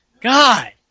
God